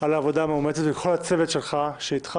על העבודה המאומצת ולכל הצוות שלך שאתך